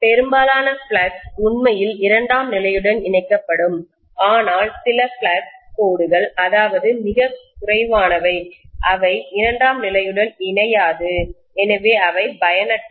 பெரும்பாலான ஃப்ளக்ஸ் உண்மையில் இரண்டாம் நிலையுடன் இணைக்கப்படும் ஆனால் சில ஃப்ளக்ஸ் கோடுகள் அதாவது மிகக் குறைவானவை அவை இரண்டாம் நிலையுடன் இணையாது எனவே அவை பயனற்றவை